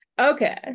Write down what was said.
okay